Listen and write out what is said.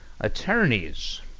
attorneys